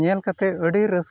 ᱧᱮᱞ ᱠᱟᱛᱮᱫ ᱟᱹᱰᱤ ᱨᱟᱹᱥᱠᱟᱹ